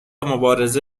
مبارزه